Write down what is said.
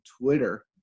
Twitter